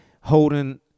holding